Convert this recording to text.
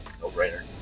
no-brainer